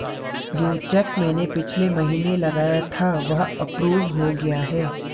जो चैक मैंने पिछले महीना लगाया था वह अप्रूव हो गया है